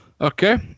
Okay